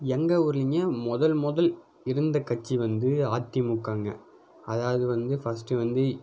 எங்கள் ஊர்லேங்க முதல் முதல் இருந்த கட்சி வந்து அதிமுகாங்க அதாவது வந்து ஃபஸ்ட்டு வந்து